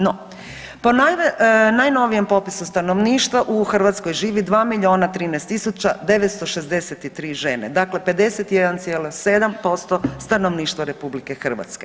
No, po najnovijem popisu stanovništva u Hrvatskoj živi 2 miliona 13 tisuća 963 žene, dakle 51,7% stanovništva RH.